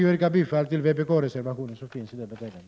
Jag yrkar bifall till den vpk-reservation som är fogad vid detta betänkande.